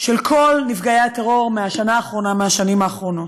של כל נפגעי הטרור מהשנה האחרונה והשנים האחרונות.